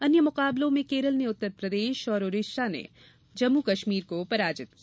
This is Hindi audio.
अन्य मुकाबलों में केरल ने उत्तरप्रदेश और ओडिसा ने जम्मूकश्मीर को पराजित किया